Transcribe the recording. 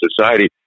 society